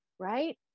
right